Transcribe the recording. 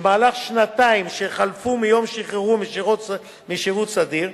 במהלך שנתיים שחלפו מיום שחרורו משירות סדיר,